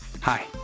Hi